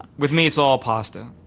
with me it's all pasta